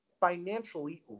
financially